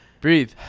breathe